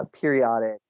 periodic